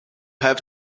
have